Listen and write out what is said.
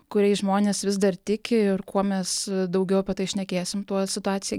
kuriais žmonės vis dar tiki ir kuo mes daugiau apie tai šnekėsim tuo situacija